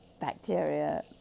bacteria